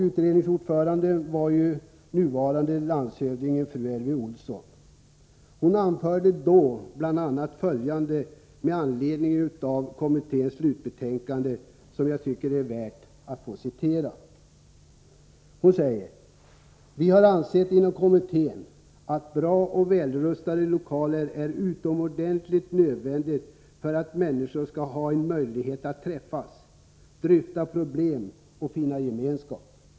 Utredningens ordförande, nuvarande landshövding fru Elvy Olsson, anförde då bl.a. följande med anledning av kommitténs slutbetänkande som jag tycker är värt att citera: ”Vi har ansett inom kommittén att bra och välutrustade lokaler är utomordentligt nödvändigt för att människor skall ha en möjlighet att träffas, dryfta problem och finna gemenskap.